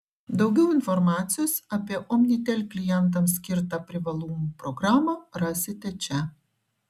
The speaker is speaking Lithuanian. daugiau informacijos apie omnitel klientams skirtą privalumų programą rasite čia